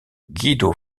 guido